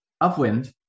upwind